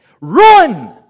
Run